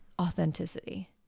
authenticity